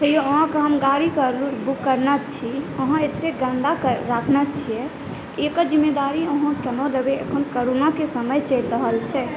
हँ यौ अहाँकेॅं हम गाड़ी पर बुक करने छी अहाँ एतय गंदा राखने छियै एकर ज़िम्मेदारी अहाँ कहाँ लेबै अखन कोरोना क समय चलि रहल छै